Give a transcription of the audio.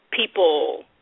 people